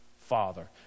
Father